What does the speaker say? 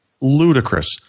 ludicrous